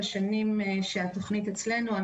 בשנים שהתכנית אצלנו,